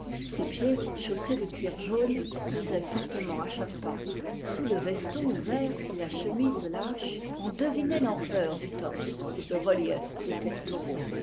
ses pieds chaussés de cuir jaune pesaient fortement à chaque pas sous le veston ouvert et la chemise lâche on devinait l'ampleur du torse le relief des pectoraux